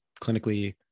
clinically